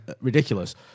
ridiculous